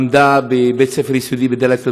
למדה בבית-ספר יסודי בדאלית אל-כרמל,